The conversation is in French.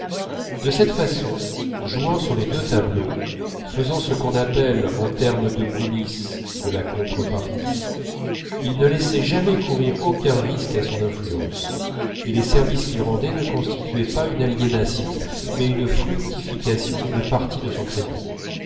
de cette façon jouant sur les deux tableaux faisant ce qu'on appelle en termes de coulisse de la contre-partie il ne laissait jamais courir aucun risque à son influence et les services qu'il rendait ne constituaient pas une aliénation mais une fructification d'une partie de son crédit